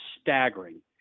staggering